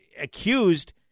accused